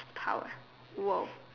power !wah!